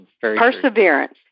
Perseverance